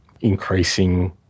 increasing